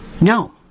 No